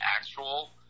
actual